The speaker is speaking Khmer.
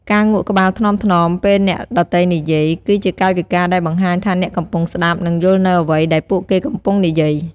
ការងក់ក្បាលថ្នមៗពេលអ្នកដទៃនិយាយ គឺជាកាយវិការដែលបង្ហាញថាអ្នកកំពុងស្តាប់ និងយល់នូវអ្វីដែលពួកគេកំពុងនិយាយ។